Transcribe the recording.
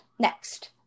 Next